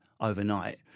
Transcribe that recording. overnight